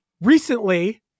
recently